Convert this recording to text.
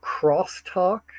crosstalk